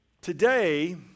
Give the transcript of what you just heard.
Today